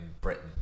Britain